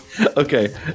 Okay